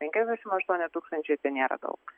penkiasdešimt aštuoni tūkstančiai tai nėra daug